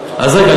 אז רגע,